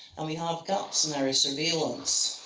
and we have gaps in our surveillance.